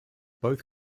both